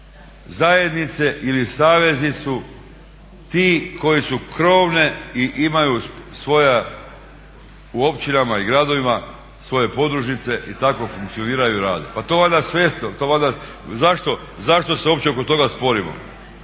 zajednice ili savezi su ti koje su krovne i imaju svoja u općinama i gradovima svoje podružnice i tako funkcioniraju i rade. Pa valjda svjesno, zašto se uopće oko toga sporimo?